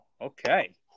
okay